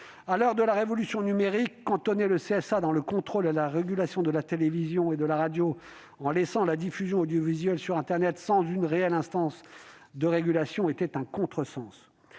À l'heure de la révolution numérique, cantonner le CSA au contrôle et à la régulation de la télévision ainsi que de la radio, en laissant la diffusion audiovisuelle sur internet sans réelle instance de contrôle et de régulation, était un contresens.